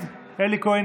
מאיר כהן,